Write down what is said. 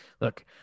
Look